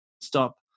stop